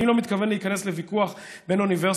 אני לא מתכוון להיכנס לוויכוח בין האוניברסיטה